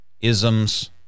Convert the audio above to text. isms